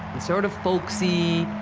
sort of folksy,